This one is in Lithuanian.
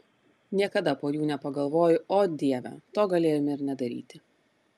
niekada po jų nepagalvoju o dieve to galėjome ir nedaryti